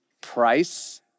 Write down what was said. price